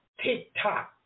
TikTok